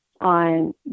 on